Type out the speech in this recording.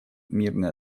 мирные